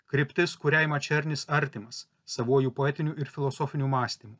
kryptis kuriai mačernis artimas savuoju poetiniu ir filosofiniu mąstymu